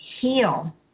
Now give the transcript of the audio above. heal